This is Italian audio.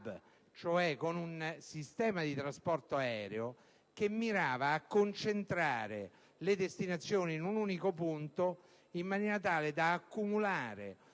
di un sistema di trasporto aereo che mirava a concentrare le destinazioni in un unico punto, in maniera tale da accumulare